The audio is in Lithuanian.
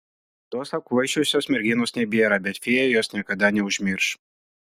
tos apkvaišusios merginos nebėra bet fėja jos niekada neužmirš